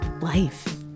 life